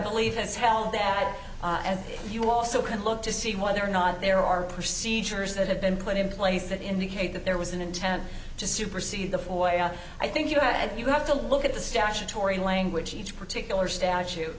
believe has held that as you also can look to see whether or not there are procedures that have been put in place that indicate that there was an intent to supersede the boy i think you had you have to look at the statutory language each particular statue